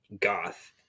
goth